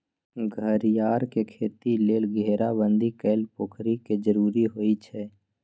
घरियार के खेती लेल घेराबंदी कएल पोखरि के जरूरी होइ छै